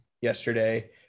yesterday